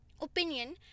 opinion